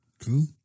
Cool